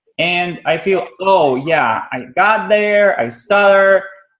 and i feel, oh, yeah, i got there, i stutter,